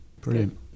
Brilliant